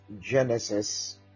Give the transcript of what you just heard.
Genesis